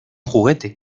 juguete